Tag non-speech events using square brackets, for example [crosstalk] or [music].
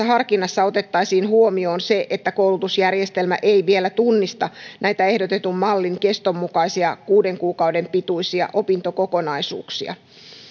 [unintelligible] harkinnassa otettaisiin huomioon se että koulutusjärjestelmä ei vielä tunnista näitä ehdotetun mallin keston mukaisia kuuden kuukauden pituisia opintokokonaisuuksia